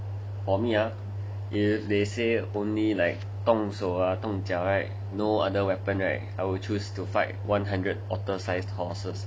for me ah if they say only like 动手啊动脚 no other weapon right I would choose to fight one hundred otter sized horses